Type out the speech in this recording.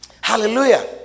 Hallelujah